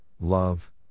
love